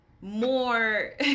more